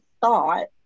thought